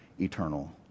eternal